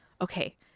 Okay